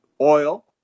oil